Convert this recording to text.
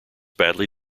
badly